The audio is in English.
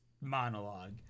monologue